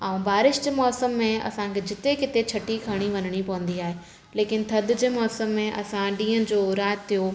ऐं बारिश जे मौसम में असांखे जिते किथे छटी खणी वञिणी पवंदी आहे लेकिन थधि जे मौसम में असांखे ॾींहं जो राति जो जो